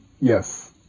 Yes